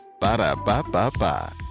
ba-da-ba-ba-ba